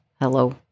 Hello